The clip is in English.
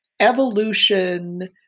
evolution